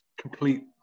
complete